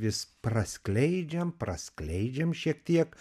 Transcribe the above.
vis praskleidžiam praskleidžiam šiek tiek